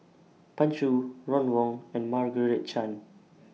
Pan Shou Ron Wong and Margaret Chan